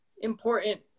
important